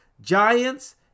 Giants